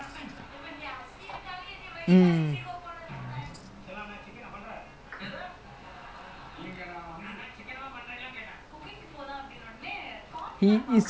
and he cannot like track back also so ya lah because usually he quite good at defending like he quite good at like you know how to say like he cover the space but he also force the opponent to release the ball like something like that